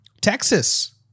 Texas